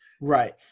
Right